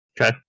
Okay